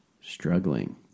Struggling